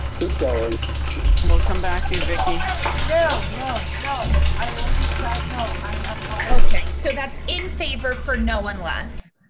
keep going we'll come back to you. no, no, no. i already said, no, i follow. okay, so that's in favor for no one less.